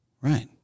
Right